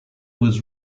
was